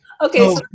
Okay